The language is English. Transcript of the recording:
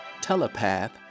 Telepath